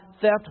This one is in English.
theft